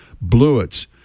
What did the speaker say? bluets